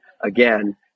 again